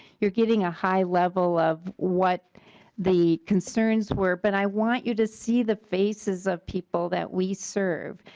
you are getting a high level of what the concerns were but i want you to see the faces of people that we serve.